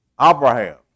Abraham